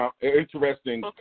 interesting